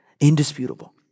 Indisputable